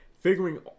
Figuring